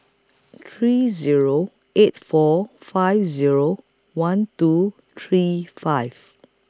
three Zero eight four five Zero one two three five